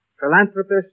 philanthropist